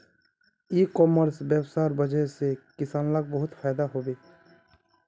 इ कॉमर्स वस्वार वजह से किसानक बहुत फायदा हबे